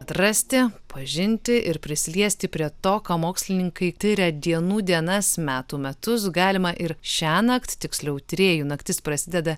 atrasti pažinti ir prisiliesti prie to ką mokslininkai tiria dienų dienas metų metus galima ir šiąnakt tiksliau tyrėjų naktis prasideda